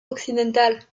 occidental